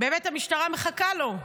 באמת, המשטרה מחכה לו.